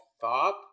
thought